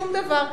שום דבר.